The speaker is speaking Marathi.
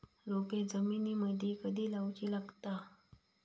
रोपे जमिनीमदि कधी लाऊची लागता?